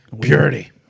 Purity